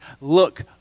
Look